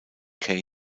kane